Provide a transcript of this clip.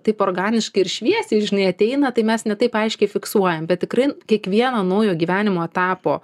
taip organiškai ir šviesiai žinai ateina tai mes ne taip aiškiai fiksuojam bet tikrai kiekvieno naujo gyvenimo etapo